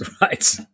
right